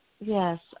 Yes